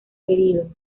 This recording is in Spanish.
pedido